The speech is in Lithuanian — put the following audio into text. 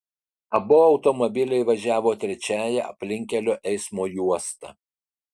abu automobiliai važiavo trečiąja aplinkkelio eismo juosta